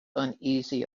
uneasy